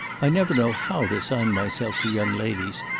i never know how to sign myself to young ladies.